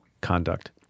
conduct